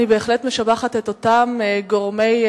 אני בהחלט משבחת את אותם גורמי,